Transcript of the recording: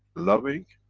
loving.